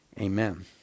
amen